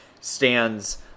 stands